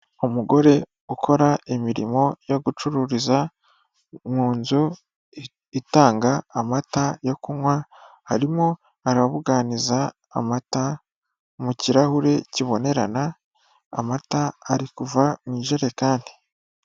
Umugore ukora imirimo yo gucururiza mu nzu itanga amata yo kunywa. Arimo arabuganiza amata mu kirahure kibonerana, amata ari kuva mu ijerekani.